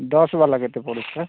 ଦଶ ବାଲା କେତେ ପଡ଼ୁଛି ସାର୍